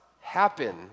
happen